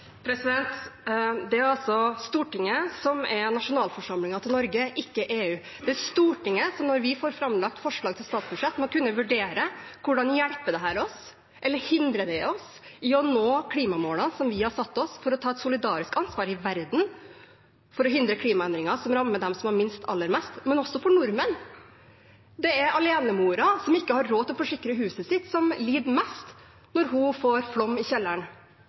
Det er altså Stortinget som er nasjonalforsamlingen til Norge, ikke EU. Det er Stortinget som, når vi får framlagt forslag til statsbudsjett, må kunne vurdere: Hvordan hjelper dette oss, eller hindrer det oss i å nå klimamålene som vi har satt oss – for å ta et solidarisk ansvar i verden, for å hindre klimaendringer som rammer dem som har minst, aller mest? Men også for nordmenn: Det er alenemoren som ikke har råd til å forsikre huset sitt, som lider mest når hun får oversvømmelse i kjelleren.